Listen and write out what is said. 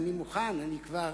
אני מוכן, כבר